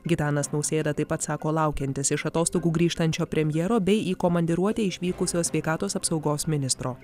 gitanas nausėda taip pat sako laukiantis iš atostogų grįžtančio premjero bei į komandiruotę išvykusios sveikatos apsaugos ministro